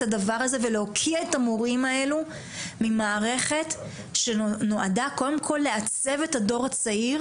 הדבר הזה ממערכת שנועדה קודם כל לעצב את הדור הצעיר,